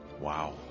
Wow